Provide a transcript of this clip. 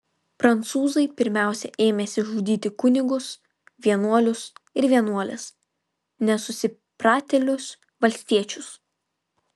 prancūzai pirmiausia ėmėsi žudyti kunigus vienuolius ir vienuoles nesusipratėlius valstiečius